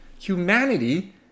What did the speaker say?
Humanity